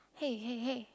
hey hey hey